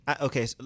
okay